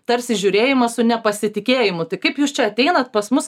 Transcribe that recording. tarsi žiūrėjimas su nepasitikėjimu tai kaip jūs čia ateinat pas mus